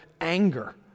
anger